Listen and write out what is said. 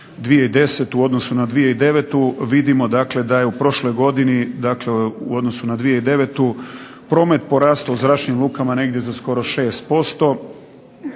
2010. u odnosu na 2009. vidimo da je u prošloj godini u odnosu na 2009. promet porastao u zračnim lukama negdje za 6%,